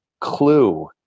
clue